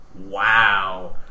Wow